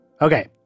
Okay